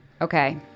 Okay